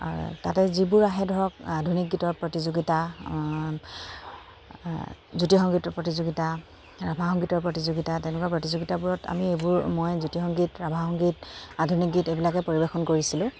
আৰু তাতে যিবোৰ আহে ধৰক আধুনিক গীতৰ প্ৰতিযোগিতা জ্যোতি সংগীতৰ প্ৰতিযোগিতা ৰাভা সংগীতৰ প্ৰতিযোগিতা তেনেকুৱা প্ৰতিযোগিতাবোৰত আমি এইবোৰ মই জ্যোতি সংগীত ৰাভা সংগীত আধুনিক গীত এইবিলাকে পৰিৱেশন কৰিছিলোঁ